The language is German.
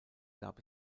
gab